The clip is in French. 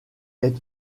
est